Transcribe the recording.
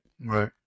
Right